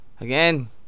Again